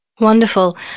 Wonderful